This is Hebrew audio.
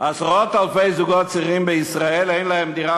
עשרות אלפי זוגות צעירים בישראל אין להם דירה